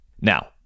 now